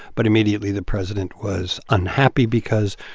but immediately, the president was unhappy because,